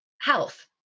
health